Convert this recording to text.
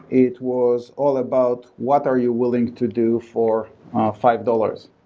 it was all about what are you willing to do for five dollars.